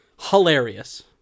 hilarious